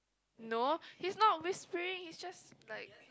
no he's not whispering he's just like